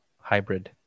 hybrid